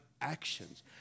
actions